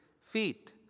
feet